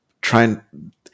trying